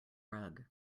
rug